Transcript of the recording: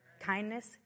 kindness